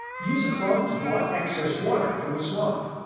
use a cloth to blot excess water from the swab.